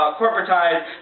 corporatized